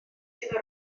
sydd